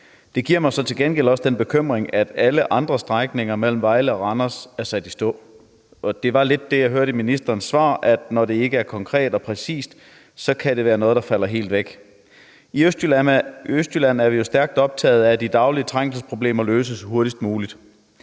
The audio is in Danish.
Det giver mig til gengæld også den bekymring, at udbygningen på alle andre strækninger mellem Vejle og Randers er sat i stå, og jeg hørte ministerens svar lidt sådan, at når det ikke er konkret og præcist, kan det være noget, der falder helt væk. I Østjylland er vi jo stærkt optaget af, at de daglige trængselsproblemer løses hurtigst muligt.